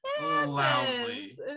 loudly